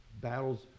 Battles